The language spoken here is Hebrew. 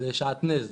זה שעטנז.